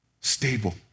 Stable